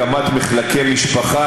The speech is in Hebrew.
הקמת מחלקי משפחה,